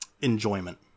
enjoyment